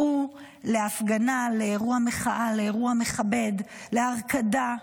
צאו להפגנה, לאירוע מחאה, לאירוע מכבד, להרקדה.